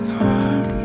time